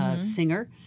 singer